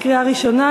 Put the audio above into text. לקריאה ראשונה.